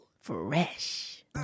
Fresh